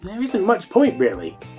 isn't much point really.